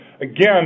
again